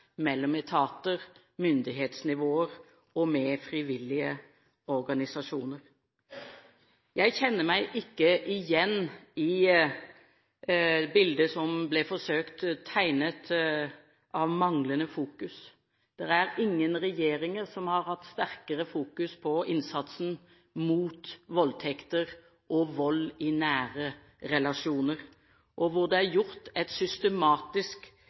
mellom etater, myndighetsnivåer og frivillige organisasjoner. Jeg kjenner meg ikke igjen i bildet som ble forsøkt tegnet av manglende fokus. Det er ingen regjeringer som har hatt sterkere fokus på innsatsen mot voldtekter og vold i nære relasjoner, og hvor det er gjort et systematisk